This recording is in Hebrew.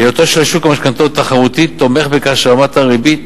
היותו של שוק המשכנתאות תחרותי תומך בכך שרמת הריבית